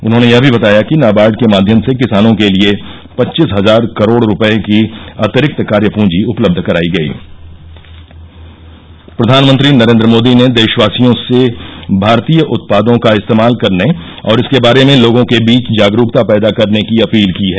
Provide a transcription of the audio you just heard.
उन्होंने यह भी बताया कि नाबार्ड के माध्यम से किसानों के लिए पच्चीस हजार करोड़ रुपये की अतिरिक्त कार्य पूंजी उपलब्ध कराई गई प्रधानमंत्री नरेन्द्र मोदी ने देशवासियों से भारतीय उत्पादों का इस्तेमाल करने और इसके बारे में लोगों के बीच जागरूकता पैदा करने की अपील की है